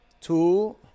Two